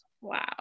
wow